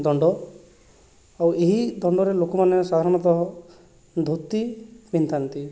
ଦଣ୍ଡ ଆଉ ଏହି ଦଣ୍ଡରେ ଲୋକମାନେ ସହମତଃ ଧୋତି ପିନ୍ଧିଥାନ୍ତି